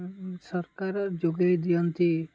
ସରକାର ଯୋଗେଇ ଦିଅନ୍ତି